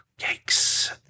Yikes